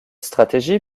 stratégie